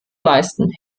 leisten